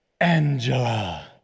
Angela